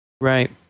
Right